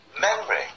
memory